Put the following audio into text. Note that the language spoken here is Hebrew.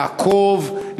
לעקוב,